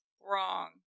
Wrong